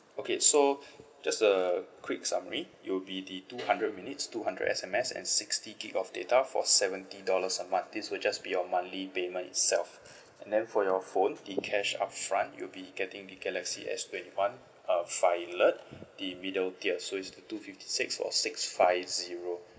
okay so just a quick summary it'll be the two hundred minutes two hundred S_M_S and sixty gig of data for seventy dollars a month this will just be your monthly payment itself and then for your phone the cash upfront you'll be getting the galaxy S twenty one uh violet the middle tier so it's uh two fifty six or six five zero